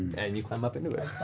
and you climb up into it.